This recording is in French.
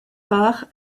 rare